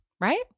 Right